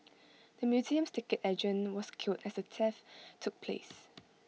the museum's ticket agent was killed as the theft took place